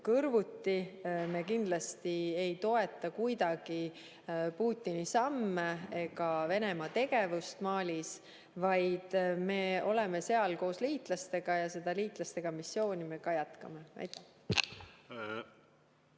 Me kindlasti ei toeta kuidagi Putini samme ega Venemaa tegevust Malis, vaid me oleme seal koos liitlastega ja seda liitlastega missiooni me ka jätkame. Aitäh!